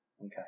Okay